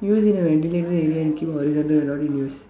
use in a ventilated area and keep horizontal if not in use